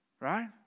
Right